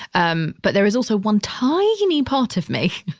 um but there is also one tiny you know part of me